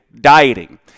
dieting